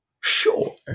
Sure